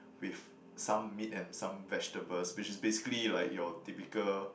with some meat and some vegetables which is basically like your typical